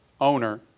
owner